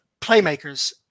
playmakers